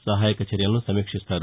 సహాయక చర్యలను సమీక్షిస్తారు